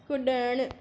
कुड॒णु